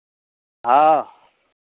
हँ